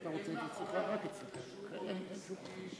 אין מאחורי החוק הזה שום גורם עסקי שעוסק באלכוהול,